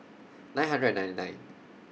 nine hundred and ninety nine